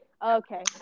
Okay